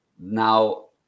Now